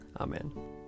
Amen